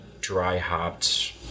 dry-hopped